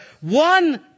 one